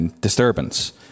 disturbance